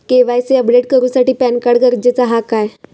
KYC update करूसाठी PAN card गरजेचा हा काय?